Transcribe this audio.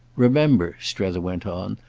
remember, strether went on,